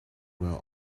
were